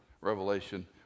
Revelation